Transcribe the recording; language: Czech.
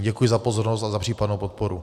Děkuji za pozornost a za případnou podporu.